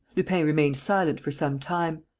lupin remained silent for some time.